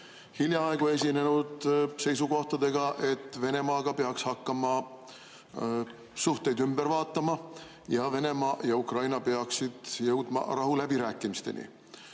hiljaaegu esinenud seisukohtadega, et Venemaaga peaks hakkama suhteid ümber vaatama ning Venemaa ja Ukraina peaksid jõudma rahuläbirääkimisteni.